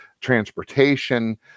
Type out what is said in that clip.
transportation